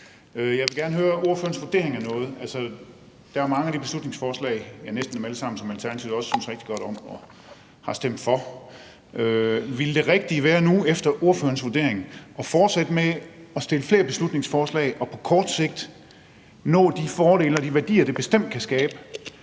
Jeg vil gerne høre ordførerens vurdering af noget. Der er rigtig mange af de beslutningsforslag – ja, næsten dem alle sammen – som også Alternativet synes rigtig godt om og har stemt for. Vil det rigtige efter ordførerens vurdering nu være at fortsætte med at fremsætte flere beslutningsforslag og på kort sigt nå de fordele og de værdier, som det bestemt kan skabe,